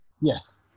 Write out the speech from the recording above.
Yes